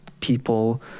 people